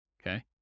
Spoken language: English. Okay